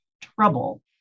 trouble